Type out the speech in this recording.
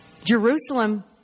Jerusalem